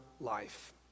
life